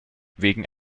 wegen